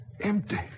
Empty